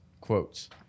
Quotes